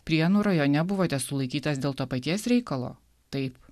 prienų rajone buvote sulaikytas dėl to paties reikalo taip